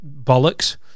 bollocks